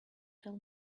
tell